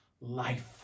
life